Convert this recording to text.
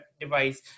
device